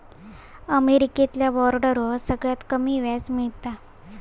अमेरिकेतल्या बॉन्डवर सगळ्यात कमी व्याज मिळता